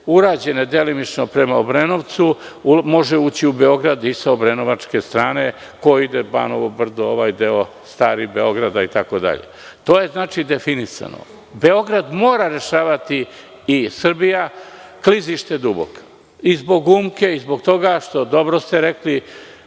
urađene delimično prema Obrenovcu može se ući u Beograd i sa obrenovačke strane, ko ide prema Banovom Brdu, ovaj deo starog Beograda itd. To je definisano. Beograd mora rešavati i Srbija klizište Duboka, i zbog Umke i zbog toga što ste rekli,